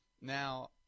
Now